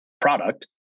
product